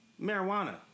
marijuana